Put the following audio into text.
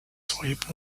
sweep